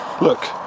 Look